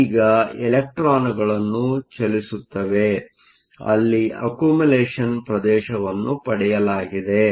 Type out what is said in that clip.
ಈಗ ಇಲೆಕ್ಟ್ರಾನ್ಗಳನ್ನು ಚಲಿಸುತ್ತವೆ ಅಲ್ಲಿ ಅಕ್ಯುಮಲೇಷನ್Accumulation ಪ್ರದೇಶವನ್ನು ಪಡೆಯಲಾಗಿದೆ